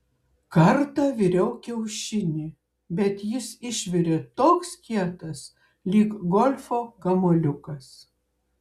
kartą viriau kiaušinį bet jis išvirė toks kietas lyg golfo kamuoliukas